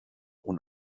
und